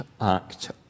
act